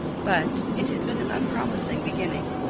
but it had been an unpromising beginning,